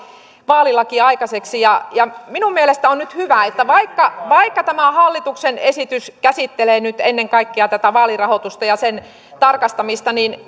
vaalilaki aikaiseksi minun mielestäni on nyt hyvä että vaikka vaikka tämä hallituksen esitys käsittelee nyt ennen kaikkea tätä vaalirahoitusta ja sen tarkastamista niin